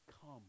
come